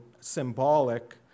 symbolic